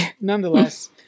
nonetheless